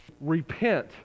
repent